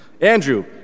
Andrew